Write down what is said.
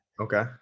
Okay